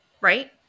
Right